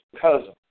cousin